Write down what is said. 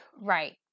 Right